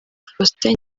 faustin